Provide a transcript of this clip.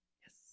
yes